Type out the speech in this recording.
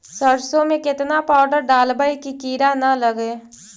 सरसों में केतना पाउडर डालबइ कि किड़ा न लगे?